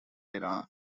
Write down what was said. era